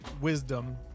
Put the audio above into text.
wisdom